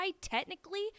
technically